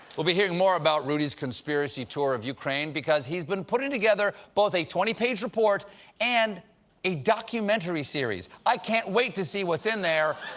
we'll be hearing more about rudy's conspiracy tour of ukraine, because he's been putting together both a twenty page report and a documentary series. i can't wait to see what's in there.